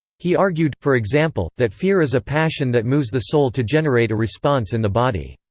he argued, for example, that fear is a passion that moves the soul to generate a response in the body.